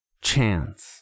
chance